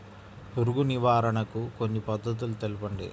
పురుగు నివారణకు కొన్ని పద్ధతులు తెలుపండి?